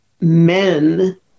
men